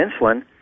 insulin